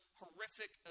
horrific